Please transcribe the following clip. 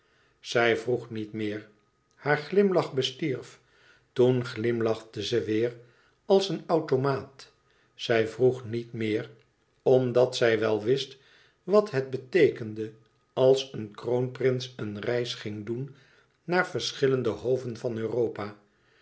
zij vroeg niet meer haar glimlach bestierf toen glimlachte zij weêr als een automaat zij vroeg niet meer omdat zij wel wist wat het beteekende als een kroonprins een reis ging doen naar verschillende hoven van europa